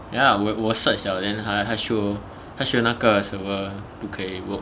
ya lah 我我 search 了 then 它它 show 它 show 那个 server 不可以 work